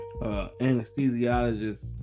Anesthesiologist